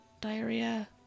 diarrhea